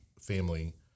family